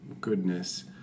goodness